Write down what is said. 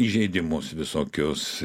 įžeidimus visokius